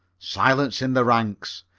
silence in the ranks.